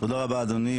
תודה רבה אדוני.